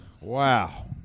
wow